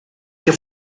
que